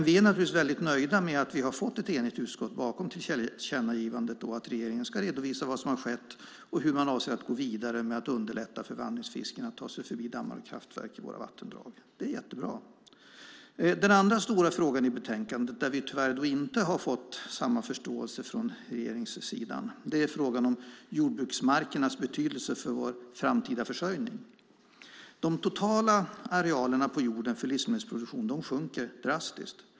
Vi är naturligtvis nöjda med att vi har fått ett enigt utskott att ställa sig bakom tillkännagivandet och att regeringen ska redovisa vad som har skett och hur man avser att gå vidare med att underlätta för vandringsfisken att ta sig förbi dammar och kraftverk i våra vattendrag. Det är bra. Den andra stora frågan i betänkandet, där vi tyvärr inte har fått samma förståelse från regeringssidan, gäller jordbruksmarkernas betydelse för vår framtida försörjning. De totala arealerna på jorden för livsmedelsproduktion sjunker drastiskt.